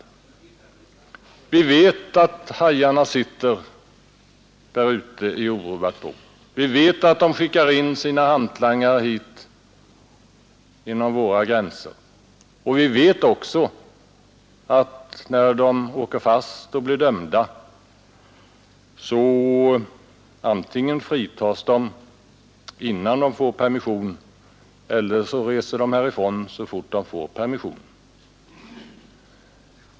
Vi vet att hajarna sitter där ute i orubbat bo. Vi vet att de skickar in sina hantlangare över våra gränser, och vi vet också att dessa, när de åker fast och blir dömda, antingen fritas innan de ens hunnit få permission eller reser härifrån så snart de får permission.